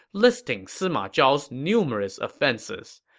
listing sima zhao's numerous offenses.